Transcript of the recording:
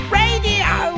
radio